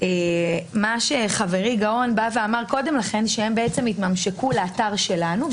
מה שחברי גאון אמר קודם זה שהם התממשקו לאתר שלנו,